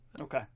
Okay